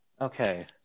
okay